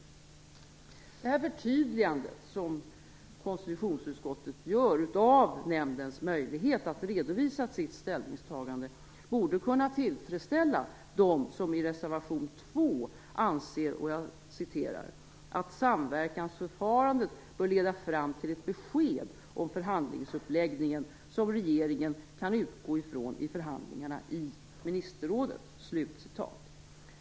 Det här förtydligandet som konstitutionsutskottet gör av nämndens möjlighet att redovisa sitt ställningstagande borde kunna tillfredsställa dem som i reservation 2 anser följande: "Samverkansförfarandet bör leda fram till ett besked om förhandlingsuppläggningen som regeringen kan utgå från i förhandlingarna i ministerrådet."